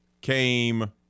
came